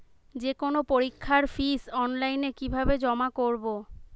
যে কোনো পরীক্ষার ফিস অনলাইনে কিভাবে জমা করব?